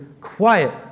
Quiet